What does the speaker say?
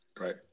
Right